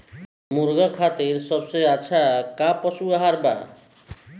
मुर्गा खातिर सबसे अच्छा का पशु आहार बा?